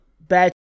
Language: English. bad